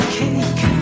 cake